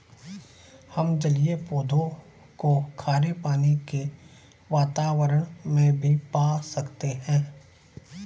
हम जलीय पौधों को खारे पानी के वातावरण में भी पा सकते हैं